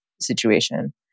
situation